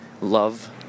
love